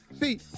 See